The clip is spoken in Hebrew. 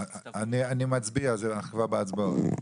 אני מצביע, זהו אנחנו כבר בהצבעות.